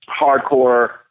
hardcore